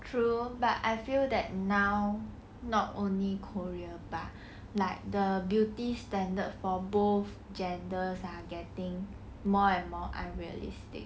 true but I feel that now not only korea bah like the beauty standard for both genders are getting more and more unrealistic